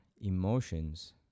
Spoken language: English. emotions